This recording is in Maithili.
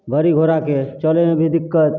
गड़ी घोड़ाके चलैमे भी दिक्कत